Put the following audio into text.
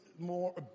more